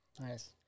Nice